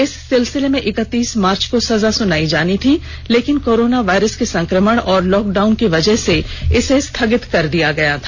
इस सिलसिले में इक्तीस मार्च को सजा सुनायी जानी थी लेकिन कोरोना वायरस के संक्रमण और लॉकडाउन की वजह से इसे स्थगित कर दिया गया था